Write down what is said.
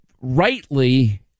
rightly